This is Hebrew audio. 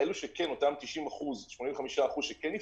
אלו שכן, אותם 90%, 85% שכן יפתחו,